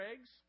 eggs